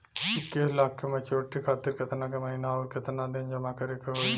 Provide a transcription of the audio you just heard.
इक्कीस लाख के मचुरिती खातिर केतना के महीना आउरकेतना दिन जमा करे के होई?